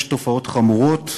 יש תופעות חמורות,